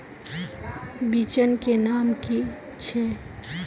बिचन के नाम की छिये?